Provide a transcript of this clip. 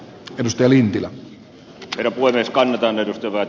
tiedustelin trio kuiteskaan mitään edistyvät